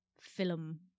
film